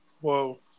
Whoa